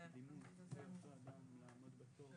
אנחנו